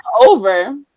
over